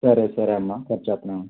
సరే సరే అమ్మ కట్ చేస్తున్నాను